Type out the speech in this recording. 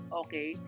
okay